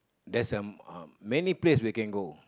that's um uh many place we can go